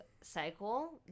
cycle